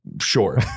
Sure